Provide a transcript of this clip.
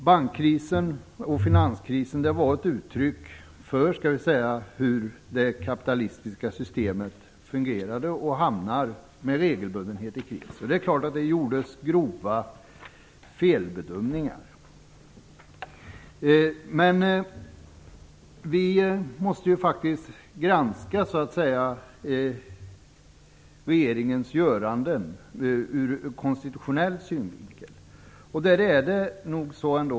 Bankkrisen och finanskrisen var ett uttryck för hur det kapitalistiska systemet fungerade. Det gjordes grova felbedömningar. Vi måste granska regeringens göranden ur konstitutionell synvinkel.